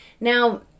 Now